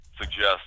suggest